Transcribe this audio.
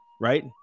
right